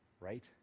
Right